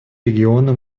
региона